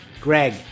greg